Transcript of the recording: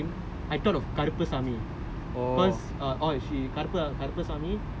he ask me so him right like at that point of time in the dream I thought of Karuppusamy